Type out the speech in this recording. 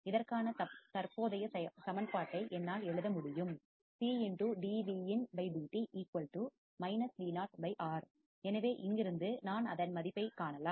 இதற்கான தற்போதைய சமன்பாட்டை என்னால் எழுத முடியும் எனவே இங்கிருந்து நான் அதன் மதிப்பைக் காணலாம்